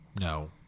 no